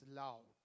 love